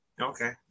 Okay